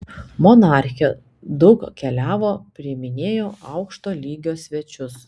monarchė daug keliavo priiminėjo aukšto lygio svečius